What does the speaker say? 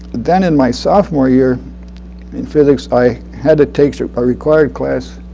then in my sophomore year in physics, i had to take so a required class